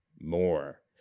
more